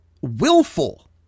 willful